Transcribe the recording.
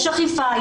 יש אכיפה,